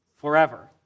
forever